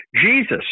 Jesus